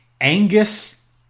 Angus